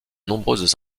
nombreuses